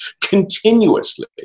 continuously